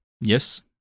Yes